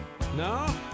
no